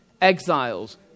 exiles